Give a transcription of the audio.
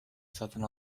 satın